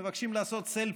מבקשים לעשות סלפי.